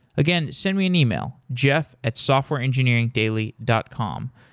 again, send me an email, jeff at softwareengineeringdaily dot com.